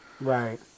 Right